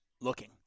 looking